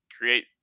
create